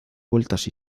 vueltas